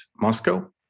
Moscow